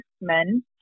men